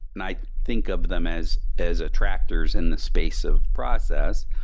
and i think of them as as attractors in the space of process.